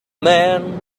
man